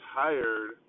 tired